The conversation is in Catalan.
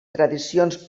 tradicions